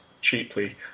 cheaply